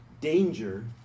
Danger